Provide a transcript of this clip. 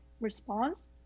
response